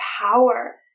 power